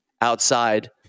outside